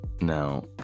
Now